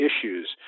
issues